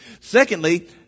Secondly